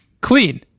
clean